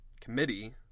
committee